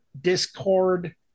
discord